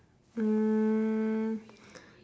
mm